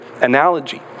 analogy